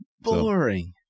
Boring